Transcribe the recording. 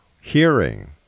hearing